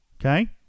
okay